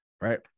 right